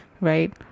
right